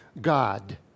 God